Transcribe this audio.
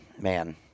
man